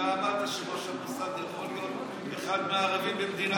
אתה אמרת שראש המוסד יכול להיות אחד מהערבים במדינת ישראל?